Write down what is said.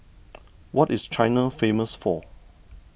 what is China famous for